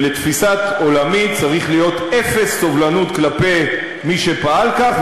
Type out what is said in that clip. ולתפיסת עולמי צריכה להיות אפס סובלנות כלפי מי שפעל כך,